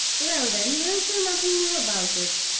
well, then, we'll say nothing more about it.